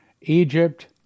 Egypt